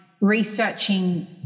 researching